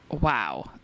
wow